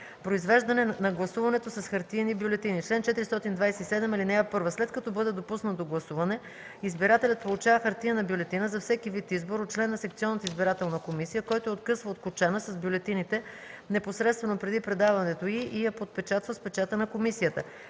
„Произвеждане на гласуването с хартиени бюлетини Чл. 427. (1) След като бъде допуснат до гласуване, избирателят получава хартиена бюлетина за всеки вид избор от член на секционната избирателна комисия, който я откъсва от кочана с бюлетините непосредствено преди предаването й и я подпечатва с печата на комисията.